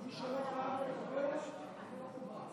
כנסת נכבדה, אתמול בנאומי דיברתי